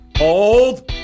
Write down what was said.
Old